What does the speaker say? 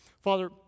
Father